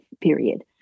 period